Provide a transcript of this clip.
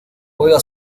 juega